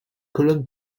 colonne